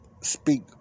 speak